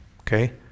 okay